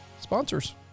sponsors